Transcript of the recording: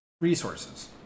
resources